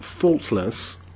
Faultless